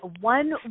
one